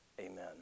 Amen